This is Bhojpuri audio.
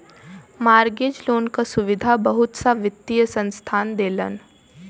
मॉर्गेज लोन क सुविधा बहुत सा वित्तीय संस्थान देलन